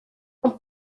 ond